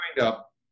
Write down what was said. up